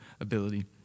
ability